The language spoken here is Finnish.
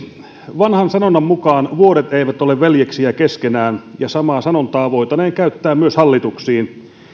vanhan sanonnan mukaan vuodet eivät ole veljeksiä keskenään ja samaa sanontaa voitaneen käyttää myös hallituksiin